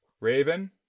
raven